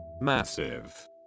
massive